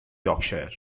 yorkshire